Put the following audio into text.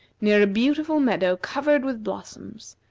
near a beautiful meadow covered with blossoms,